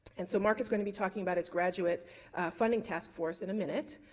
and so mark is going to be talking about his graduate funding task force in a minute.